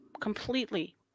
completely